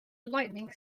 lightning